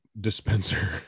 dispenser